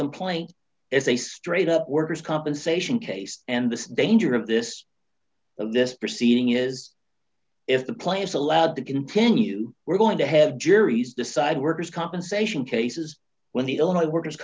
complaint as a straight up worker's compensation case and the danger of this of this proceeding is if the play is allowed to continue we're going to have juries decide workers compensation cases when the only workers